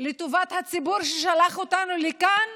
לטובת הציבור ששלח אותנו לכאן